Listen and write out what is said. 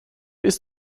ist